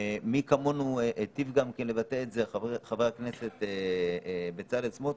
כי מי כמונו היטיב גם כן לבטא את זה חבר הכנסת בצלאל סמוטריץ',